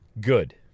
Good